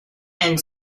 and